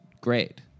great